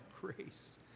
grace